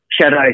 shadow